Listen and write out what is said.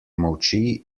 molči